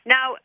Now